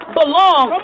belong